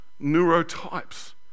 neurotypes